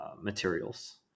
materials